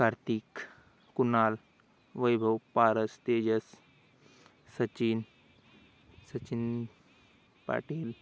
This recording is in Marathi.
कार्तिक कुनाल वैभव पारस तेजस सचिन सचिन पाटील